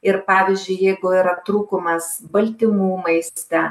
ir pavyzdžiui jeigu yra trūkumas baltymų maiste